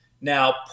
Now